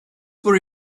were